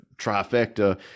trifecta